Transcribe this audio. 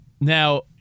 Now